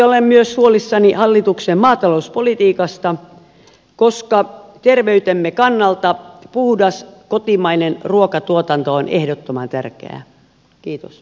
olen huolissani myös hallituksen maatalouspolitiikasta koska terveytemme kannalta puhdas kotimainen ruokatuotanto on ehdottoman tärkeää